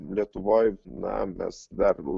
lietuvoj na mes dar